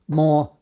more